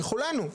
ככולנו,